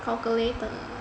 calculator